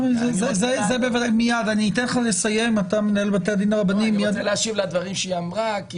אני רוצה להשיב לדברים שהיא אמרה.